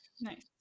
Nice